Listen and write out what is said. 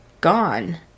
gone